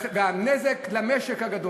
והנזק הגדול למשק.